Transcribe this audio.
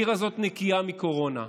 העיר הזאת נקייה מקורונה,